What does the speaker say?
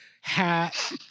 hat